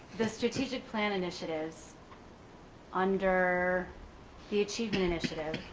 the strategic plan initiatives under the achievement initiative,